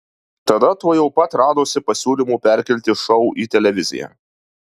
tada tuojau pat radosi pasiūlymų perkelti šou į televiziją